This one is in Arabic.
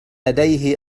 لديه